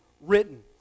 written